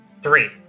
Three